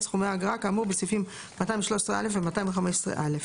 סכומי האגרה כאמור בסעיפים 213(א) ו-215(א)"